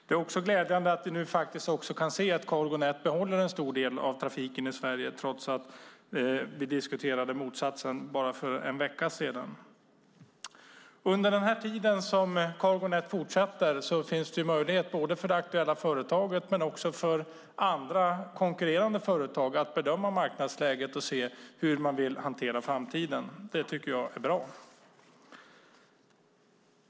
Det är också glädjande att vi nu faktiskt också kan se att Cargo Net behåller en stor del av trafiken i Sverige trots att vi diskuterade motsatsen för bara en vecka sedan. Under den tid som Cargo Net fortsätter finns det möjlighet både för det aktuella företaget och för konkurrerande företag att bedöma marknadsläget och se hur man vill hantera framtiden. Det tycker jag är bra.